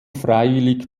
freiwillig